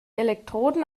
elektroden